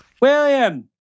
William